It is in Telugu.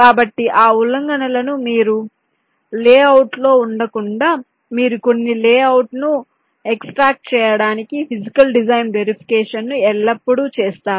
కాబట్టి ఆ ఉల్లంఘనలను మీ లేఅవుట్లో ఉండకుండా మీరు కొన్ని లేఅవుట్ ను ఎక్స్ట్రాక్ట్ చేయడానికి ఫీజికల్ డిజైన్ వెరిఫికేషన్ ను ఎల్లప్పుడూ చేస్తారు